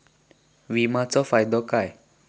विमाचो फायदो काय?